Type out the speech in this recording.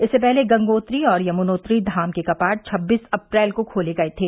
इससे पहले गंगोत्री और यमनोत्री धाम के कपाट छब्बीस अप्रैल को खोले गए थे